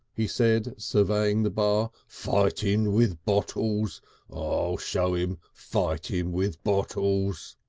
he said, surveying the bar. fightin' with but bolls! i'll show im fightin with but bolls!